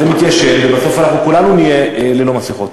זה מתיישן, ובסוף כולנו נהיה ללא מסכות.